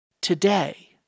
today